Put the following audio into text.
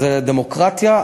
זה דמוקרטיה,